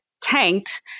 tanked